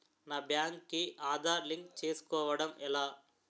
నా బ్యాంక్ కి ఆధార్ లింక్ చేసుకోవడం ఎలా?